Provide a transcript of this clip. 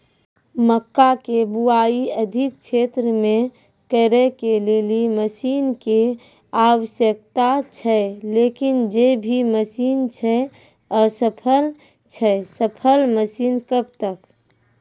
मक्का के बुआई अधिक क्षेत्र मे करे के लेली मसीन के आवश्यकता छैय लेकिन जे भी मसीन छैय असफल छैय सफल मसीन कब तक?